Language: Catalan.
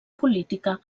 política